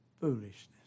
foolishness